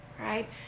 right